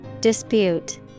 Dispute